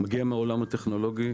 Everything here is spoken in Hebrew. אני מגיע מהעולם הטכנולוגי,